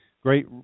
Great